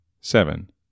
Seven